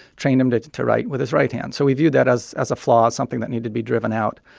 trained him to to write with his right hand. so we viewed that as as a flaw, as something that need to be driven out.